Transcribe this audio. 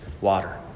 water